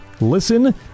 listen